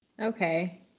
Okay